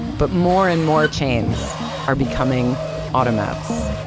but more and more chains are becoming automats